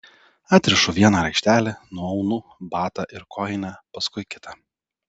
atrišu vieną raištelį nuaunu batą ir kojinę paskui kitą